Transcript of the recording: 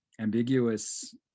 ambiguous